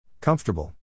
Comfortable